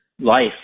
life